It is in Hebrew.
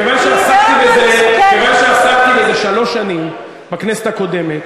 כיוון שעסקתי בזה שלוש שנים בכנסת הקודמת